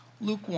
Luke